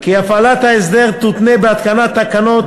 כי הפעלת ההסדר תותנה בהתקנת תקנות